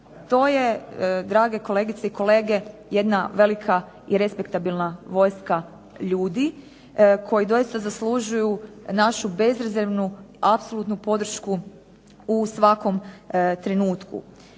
To je drage kolegice i kolege jedna velika i respektabilna vojska ljudi koji doista zaslužuju našu bezrezervnu apsolutnu podršku u svakom trenutku.